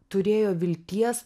turėjo vilties